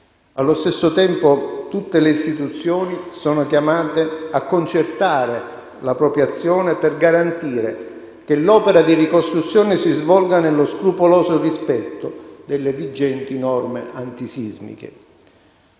Allo stesso tempo, tutte le istituzioni sono chiamate a concertare la propria azione per garantire che l'opera di ricostruzione si svolga nello scrupoloso rispetto delle vigenti norme antisismiche.